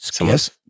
yes